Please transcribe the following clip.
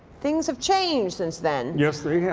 things have changed since then. yes they yeah